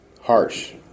harsh